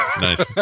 Nice